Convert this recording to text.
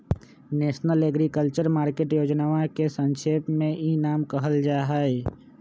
national agriculture market योजनवा के संक्षेप में ई नाम कहल जाहई